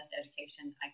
education